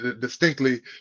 distinctly